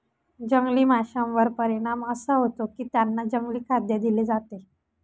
जंगली माशांवर परिणाम असा होतो की त्यांना जंगली खाद्य दिले जाते